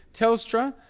telstra,